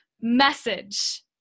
message